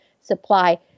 supply